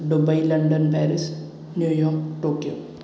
Dubai London Paris New York Tokyo